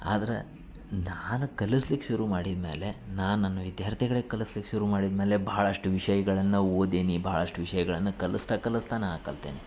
ಆದ್ರೆ ನಾನು ಕಲಿಸ್ಲಿಕ್ ಶುರುಮಾಡಿದ ಮೇಲೆ ನಾನು ನನ್ನ ವಿದ್ಯಾರ್ಥಿಗಳಿಗೆ ಕಲಿಸ್ಲಿಕ್ ಶುರುಮಾಡಿದ ಮೇಲೆ ಭಾಳಷ್ಟು ವಿಷಯಗಳನ್ನು ಓದೀನಿ ಭಾಳಷ್ಟು ವಿಷಯಗಳನ್ನು ಕಲಿಸ್ತಾ ಕಲಿಸ್ತಾ ನಾನು ಕಲ್ತೇನಿ